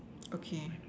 okay